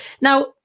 Now